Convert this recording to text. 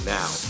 now